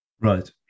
right